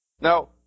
Now